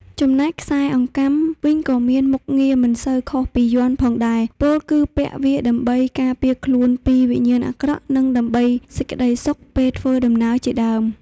ចំណែកឯខ្សែអង្កាំវិញក៏មានមុខងារមិនសូវខុសពីយ័ន្តផងដែរពោលគឺពាក់វាដើម្បី ការពារខ្លួនពីវិញ្ញាណអាក្រក់និងដើម្បីសេចក្តិសុខពេលធ្វើដំណើរជាដើម